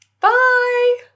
Bye